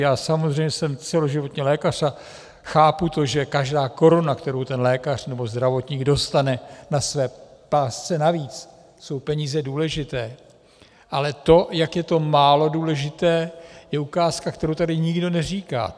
Já samozřejmě jsem celoživotní lékař a chápu to, že každá koruna, kterou ten lékař nebo zdravotník dostane na své pásce navíc, jsou peníze důležité, ale to, jak je to málo důležité, je ukázka, kterou tady nikdo neříká.